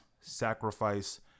sacrifice